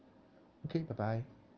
okay bye bye